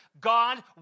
God